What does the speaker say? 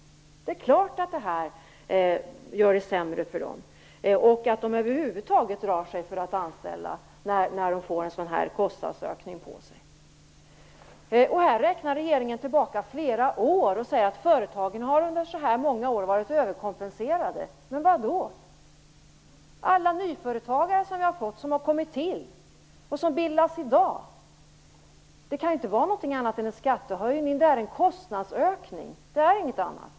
Det är klart att förslaget gör det sämre för företagarna och att de över huvud drar sig för att anställa när de får en sådan kostnadsökning på sig. Regeringen räknar flera år bakåt i tiden och säger att företagen har varit överkompenserade under så många år. Men det har ju kommit till många nyföretagare, och det bildas företag i dag! Det kan inte vara någonting annat än en skattehöjning. Det är en kostnadsökning. Det är ingenting annat.